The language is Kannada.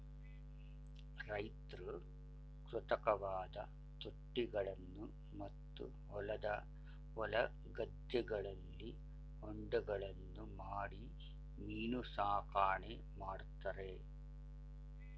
ರೈತ್ರು ಕೃತಕವಾದ ತೊಟ್ಟಿಗಳನ್ನು ಮತ್ತು ಹೊಲ ಗದ್ದೆಗಳಲ್ಲಿ ಹೊಂಡಗಳನ್ನು ಮಾಡಿ ಮೀನು ಸಾಕಣೆ ಮಾಡ್ತರೆ